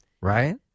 right